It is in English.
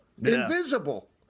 invisible